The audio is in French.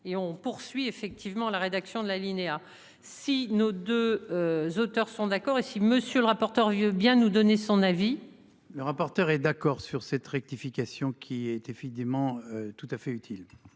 et on poursuit effectivement la rédaction de La Linea si nos 2. Auteurs sont d'accord et si monsieur le rapporteur. Vieux bien nous donner son avis. Le rapporteur et d'accord sur cette rectification qui a été fait dément tout à fait utile.